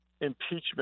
impeachment